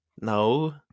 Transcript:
No